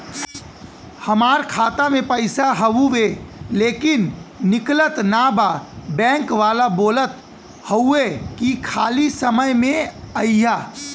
हमार खाता में पैसा हवुवे लेकिन निकलत ना बा बैंक वाला बोलत हऊवे की खाली समय में अईहा